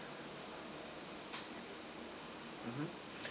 mmhmm